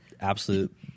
absolute